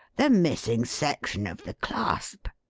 the missing section of the clasp.